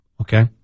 Okay